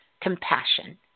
compassion